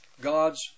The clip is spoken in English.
God's